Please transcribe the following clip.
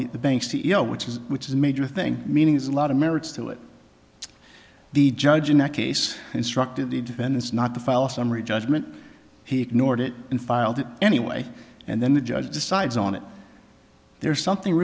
of the bank c e o which is which is a major thing meaning is a lot of merits to it the judge in that case instructed the defendants not to file a summary judgment he ignored it and filed it anyway and then the judge decides on it there's something